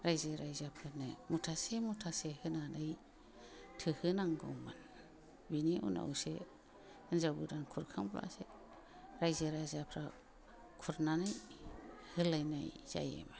रायजो राजाफोरनो मुथासे मुथासे होनानै थोहोनांगौमोन बिनि उनावसो हिन्जाव गोदान खुरखांब्लासो रायजो राजाफ्रा खुरनानै होलायनाय जायोमोन